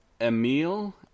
Emil